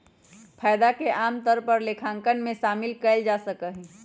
फायदा के आमतौर पर लेखांकन में शामिल कइल जा सका हई